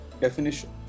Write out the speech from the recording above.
definition